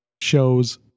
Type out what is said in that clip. shows